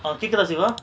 ah கேக்குதா:kekutha siva